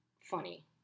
funny